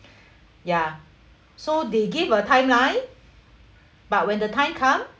ya so they give a timeline but when the time come